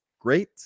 great